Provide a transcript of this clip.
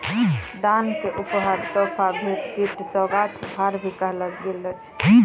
दान क उपहार, तोहफा, भेंट, गिफ्ट, सोगात, भार, भी कहलो जाय छै